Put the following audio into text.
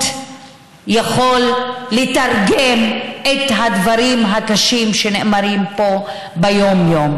יכול לתרגם את הדברים הקשים שנאמרים פה ביום-יום.